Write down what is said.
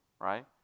right